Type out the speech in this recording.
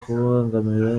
kubangamira